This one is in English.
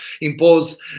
impose